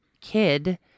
kid